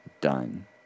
done